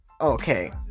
Okay